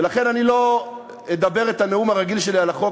ולכן אני לא אומר את הנאום הרגיל שלי על החוק,